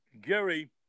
Gary